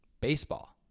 baseball